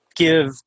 give